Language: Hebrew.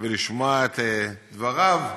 ולשמוע את דבריו,